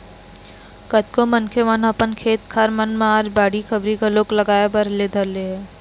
कतको मनखे मन ह अपन खेत खार मन म आज बाड़ी बखरी घलोक लगाए बर धर ले हवय